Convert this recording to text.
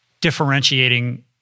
differentiating